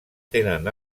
tenen